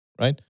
right